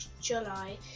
July